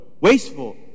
wasteful